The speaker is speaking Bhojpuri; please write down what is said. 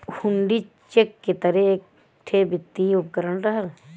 हुण्डी चेक के तरे एक ठे वित्तीय उपकरण रहल